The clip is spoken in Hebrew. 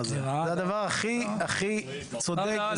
זה הדבר הכי צודק.